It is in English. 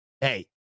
hey